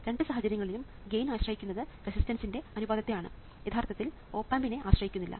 രണ്ട് സാഹചര്യങ്ങളിലും ഗെയിൻ ആശ്രയിക്കുന്നത് റെസിസ്റ്ററിന്റെ അനുപാതത്തെ ആണ് യഥാർത്ഥത്തിൽ ഓപ് ആമ്പിനെ ആശ്രയിക്കുന്നില്ല